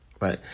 right